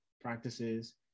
practices